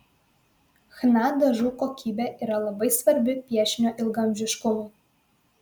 chna dažų kokybė yra labai svarbi piešinio ilgaamžiškumui